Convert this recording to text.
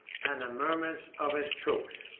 and the murmurs of his troops.